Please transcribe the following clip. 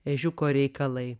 ežiuko reikalai